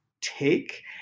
take